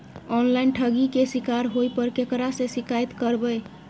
Online ठगी के शिकार होय पर केकरा से शिकायत करबै?